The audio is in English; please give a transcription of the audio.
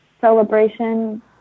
celebration